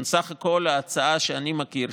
בסך הכול אני חושב שההצעה שאני מכיר,